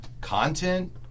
content